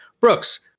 Brooks